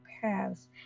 paths